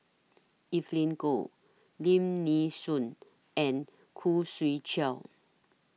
Evelyn Goh Lim Nee Soon and Khoo Swee Chiow